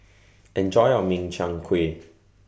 Enjoy your Min Chiang Kueh